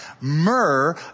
Myrrh